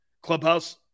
Clubhouse